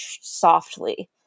softly